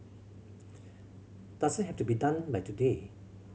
doesn't have to be done by today